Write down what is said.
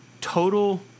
total